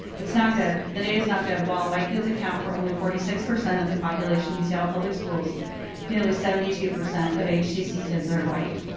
it's not good the data is not good. while white kids account for only forty six percent of the population in seattle public schools nearly seventy two percent of hcc kids are white.